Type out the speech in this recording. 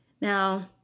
Now